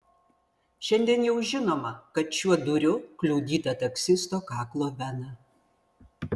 šiandien jau žinoma kad šiuo dūriu kliudyta taksisto kaklo vena